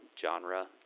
genre